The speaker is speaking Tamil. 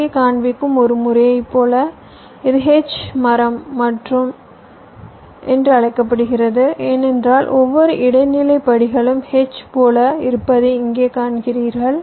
இங்கே காண்பிக்கும் ஒரு முறையைப் போல இது H மரம் என்று அழைக்கப்படுகிறது ஏனென்றால் ஒவ்வொரு இடைநிலை படிகளும் H போல இருப்பதை நீங்கள் காண்கிறீர்கள்